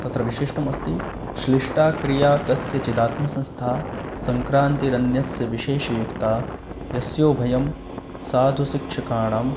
तत्र विशिष्टमस्ति श्लिष्टा क्रिया कस्यचिदात्मसंस्था सङ्क्रान्तिरन्यस्य विशेषयुक्ता यस्योभयं साधु स शिक्षकाणाम्